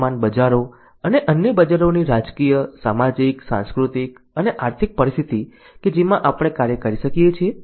વર્તમાન બજારો અને અન્ય બજારોની રાજકીય સામાજિક સાંસ્કૃતિક અને આર્થિક પરિસ્થિતિ કે જેમાં આપણે કાર્ય કરી શકીએ છીએ